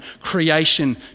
creation